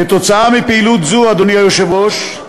כתוצאה מפעילות זו, אדוני היושב-ראש,